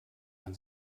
man